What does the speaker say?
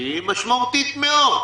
שהיא משמעותית מאוד.